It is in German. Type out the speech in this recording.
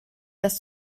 das